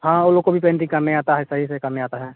हाँ वो लोग को भी पेंटिंग करने आता है सही से करने आता है